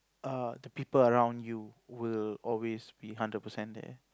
err the people around you will always be hundred percent there